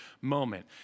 moment